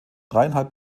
dreieinhalb